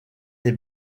des